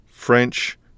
French